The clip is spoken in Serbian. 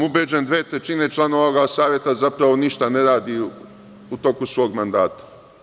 Ubeđen sam da dve trećine članova ovog saveta, zapravo ništa ne radi u toku svog mandata.